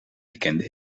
bekende